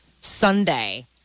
Sunday